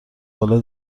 حالا